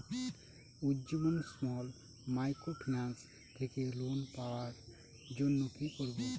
Ujjivan small microfinance থেকে loan পাওয়ার জন্য কি করব?